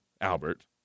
Albert